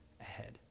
ahead